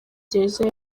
gereza